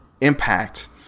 impact